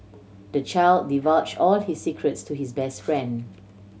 the child divulge all his secrets to his best friend